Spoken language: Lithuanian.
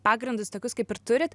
pagrindus tokius kaip ir turit